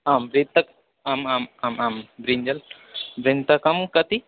आं वृन्ताकम् आम् आम् आम् आं ब्रिन्जल् वृन्ताकं कति